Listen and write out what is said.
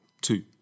two